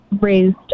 raised